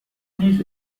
نیز